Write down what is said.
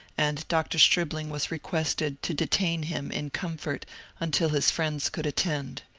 and dr. stribling was requested to detain him in comfort until his friends could attend.